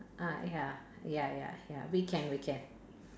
ah ya ya ya ya we can we can